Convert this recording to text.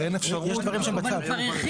אבל הוא כבר הרחיב,